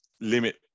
limit